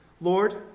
Lord